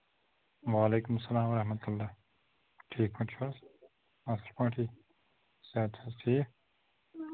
وعلیکُم سَلام ورحمت اللہ ٹھیٖک پٲٹھۍ چھِو حظ اَصٕل پٲٹھی صحت چھا حظ ٹھیٖک